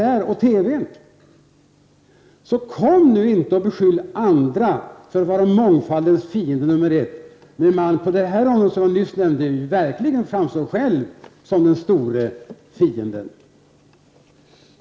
Kurt Ove Johansson skall inte komma och beskylla andra för att vara mångfaldens fiende nr 1 när han själv på de områden som jag nyss nämnde verkligen framstår som den stora fienden.